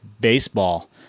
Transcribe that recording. baseball